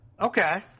Okay